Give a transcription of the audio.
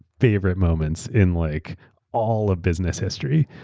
favorite moments in like all of business history.